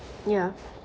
yeah